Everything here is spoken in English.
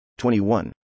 21